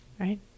right